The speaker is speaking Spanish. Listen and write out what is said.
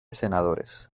senadores